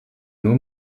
nur